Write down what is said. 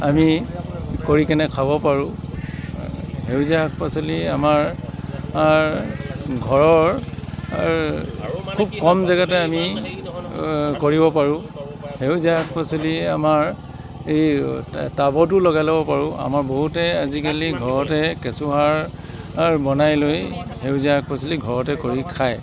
আমি কৰি কিনে খাব পাৰোঁ সেউজীয়া শাক পাচলি আমাৰ আমাৰ ঘৰৰ খুব কম জেগাতে আমি কৰিব পাৰোঁ সেউজীয়া শাক পাচলি আমাৰ এই টাৱতো লগাই ল'ব পাৰোঁ আমাৰ বহুতে আজিকালি ঘৰতে কেঁচুসাৰ সাৰ বনাই লৈ সেউজীয়া শাক পাচলি ঘৰতে কৰি খায়